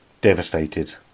devastated